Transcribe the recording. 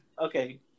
Okay